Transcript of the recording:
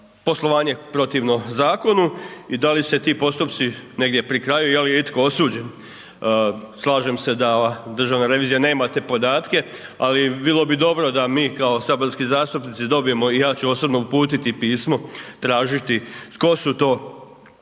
poslovanje protivno zakonu i da li su ti postupci negdje pri kraju, je li itko osuđen. Slažem se da Državna revizija nema te podatke ali bilo bi dobro da mi kao saborski zastupnici dobijemo i ja ću osobno uputiti pismo, tražiti tko su to protiv